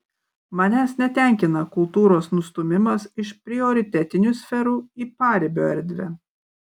manęs netenkina kultūros nustūmimas iš prioritetinių sferų į paribio erdvę